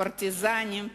פרטיזנים,